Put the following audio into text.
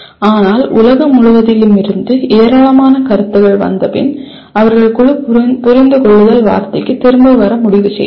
ஆனால் உலகம் முழுவதிலுமிருந்து ஏராளமான கருத்துக்கள் வந்தபின் அவர்கள் குழு புரிந்துகொள்ளுதல் வார்த்தைக்கு திரும்பி வர முடிவு செய்தது